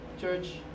Church